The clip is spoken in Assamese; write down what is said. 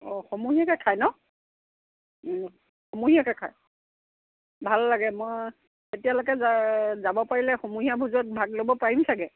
অঁ সমূহীয়াকে খায় ন সমূহীয়াকে খায় ভাল লাগে মই তেতিয়ালৈকে যাব পাৰিলে সমূহীয়া ভোজত ভাগ ল'ব পাৰিম চাগে